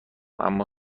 اما